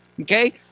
okay